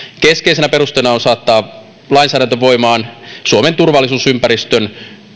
keskeisenä perusteena on saattaa lainsäädäntö voimaan suomen turvallisuusympäristön